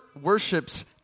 worships